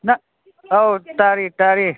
ꯅꯪ ꯑꯧ ꯇꯥꯔꯤ ꯇꯥꯔꯤ